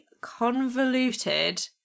convoluted